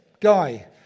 guy